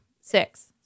six